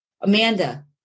Amanda